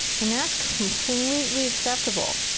and that's completely acceptable.